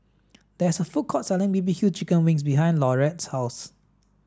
there is a food court selling B B Q chicken wings behind Laurette's house